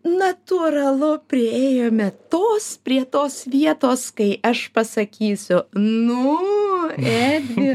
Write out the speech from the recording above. natūralu priėjome tos prie tos vietos kai aš pasakysiu nu edvi